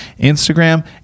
Instagram